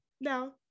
no